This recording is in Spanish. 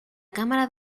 cámara